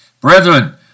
Brethren